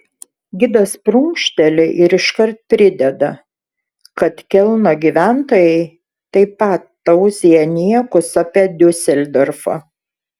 gidas prunkšteli ir iškart prideda kad kelno gyventojai taip pat tauzija niekus apie diuseldorfą